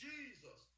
Jesus